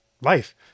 life